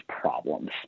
problems